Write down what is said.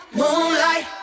moonlight